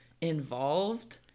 involved